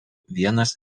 vienas